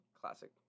classic